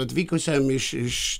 atvykusiam iš iš